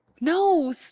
No